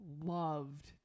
loved